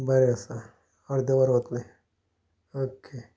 बरें आसा अर्दें वर वतले ओके